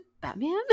batman